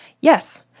Yes